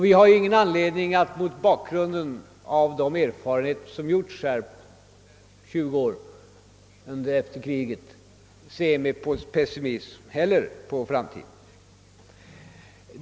Vi har ingen anledning att mot bakgrunden av de erfarenheter som gjorts här under tjugo år, efter kriget, se med pessimism på framtiden.